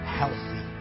healthy